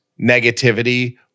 negativity